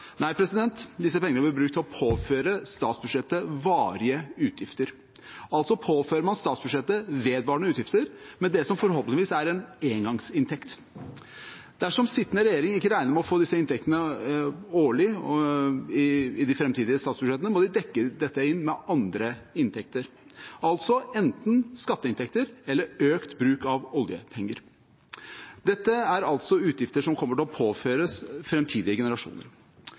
nei disse pengene ble brukt til å påføre statsbudsjettet varige utgifter. Altså påfører man statsbudsjettet vedvarende utgifter med det som forhåpentligvis er en engangsinntekt. Dersom sittende regjering ikke regner med å få disse inntektene årlig i de framtidige statsbudsjettene, må de dekke dette inn med andre inntekter, altså enten skatteinntekter eller økt bruk av oljepenger. Dette er altså utgifter som kommer til å påføres framtidige generasjoner.